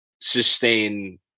sustain